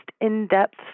in-depth